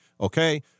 okay